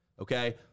okay